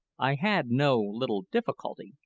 i had no little difficulty,